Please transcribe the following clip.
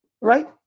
right